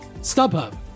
StubHub